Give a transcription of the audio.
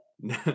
no